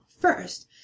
first